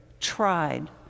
tried